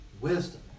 wisdom